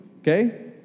okay